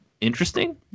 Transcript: interesting